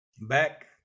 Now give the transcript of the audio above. back